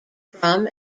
from